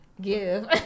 give